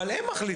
אבל הם מחליטים.